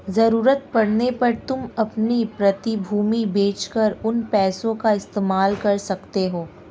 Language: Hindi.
ज़रूरत पड़ने पर तुम अपनी प्रतिभूति बेच कर उन पैसों का इस्तेमाल कर सकते हो